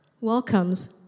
welcomes